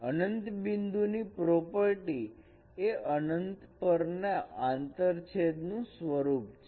અનંત બિંદુ ની પ્રોપર્ટી એ અનંતતા પરના આંતરછેદ નું સ્વરૂપ છે